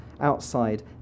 Outside